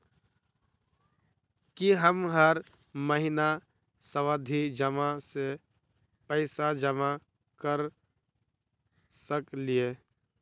की हम हर महीना सावधि जमा सँ पैसा जमा करऽ सकलिये?